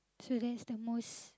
so that's the most